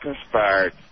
conspired